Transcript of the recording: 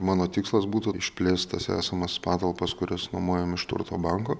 mano tikslas būtų išplėst tas esamas patalpas kurias nuomojam iš turto banko